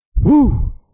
Woo